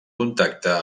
contacte